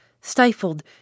stifled